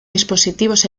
dispositivos